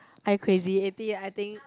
I crazy eighty I think